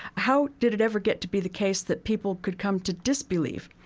how did it ever get to be the case that people could come to disbelief.